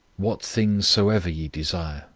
what things soever ye desire,